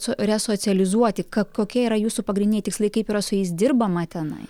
su resocializuoti ka kokie yra jūsų pagrindiniai tikslai kaip yra su jais dirbama tenai